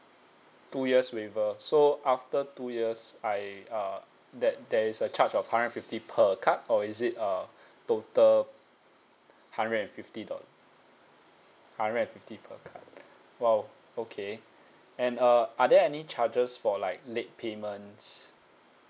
two years waiver so after two years I uh that there is a charge of hundred and fifty per card or is it err total hundred and fifty dollar hundred and fifty per card !wow! okay and uh are there any charges for like late payments